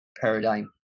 paradigm